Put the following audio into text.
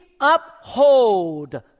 uphold